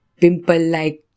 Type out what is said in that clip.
pimple-like